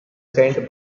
sent